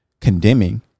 condemning